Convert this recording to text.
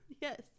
Yes